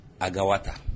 agawata